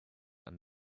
and